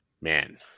Man